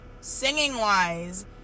singing-wise